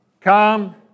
come